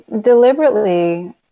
deliberately